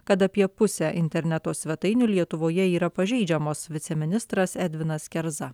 kad apie pusę interneto svetainių lietuvoje yra pažeidžiamos viceministras edvinas kerza